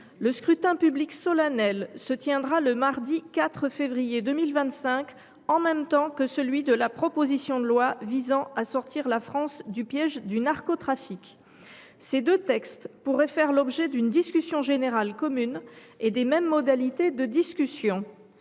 Le scrutin public solennel se tiendra le mardi 4 février 2025, en même temps que celui sur la proposition de loi visant à sortir la France du piège du narcotrafic. Ces deux textes pourraient faire l’objet d’une discussion générale commune et des mêmes modalités de discussion.